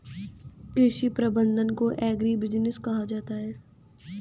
कृषि प्रबंधन को एग्रीबिजनेस कहा जाता है